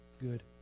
good